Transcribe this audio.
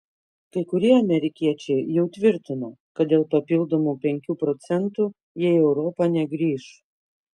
kai kurie amerikiečiai jau tvirtino kad dėl papildomų penkių procentų jie į europą negrįš